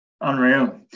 Unreal